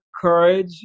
courage